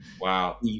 wow